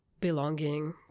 belonging